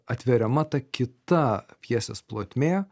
atveriama ta kita pjesės plotmė